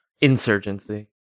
insurgency